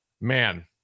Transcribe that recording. man